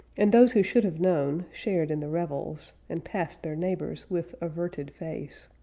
and those who should have known, shared in the revels, and passed their neighbors with averted face.